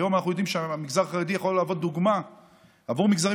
היום אנחנו יודעים שהמגזר החרדי יכול להיות דוגמה עבור מגזרים